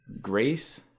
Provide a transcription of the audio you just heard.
Grace